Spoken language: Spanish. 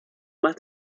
más